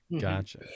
Gotcha